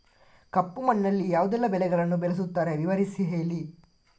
ಕಪ್ಪು ಮಣ್ಣಿನಲ್ಲಿ ಯಾವುದೆಲ್ಲ ಬೆಳೆಗಳನ್ನು ಬೆಳೆಸುತ್ತಾರೆ ವಿವರಿಸಿ ಹೇಳಿ